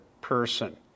person